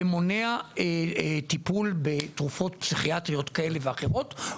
ומונע טיפול בתרופות פסיכיאטריות כאלה ואחרות.